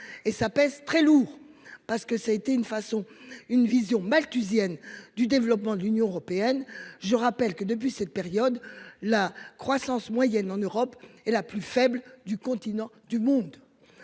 Et ça pèse très lourd, parce que ça a été une façon une vision malthusienne du développement de l'Union européenne. Je rappelle que depuis cette période la croissance moyenne en Europe est la plus faible du continent du monde.